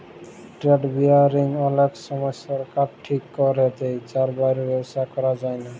trade barrier অলেক সময় সরকার ঠিক ক্যরে দেয় যার বাইরে ব্যবসা ক্যরা যায়লা